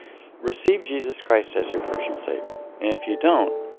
receive jesus christ as your personal savior. and if you don't,